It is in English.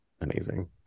amazing